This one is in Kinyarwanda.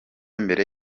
mbere